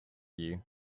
you